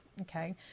okay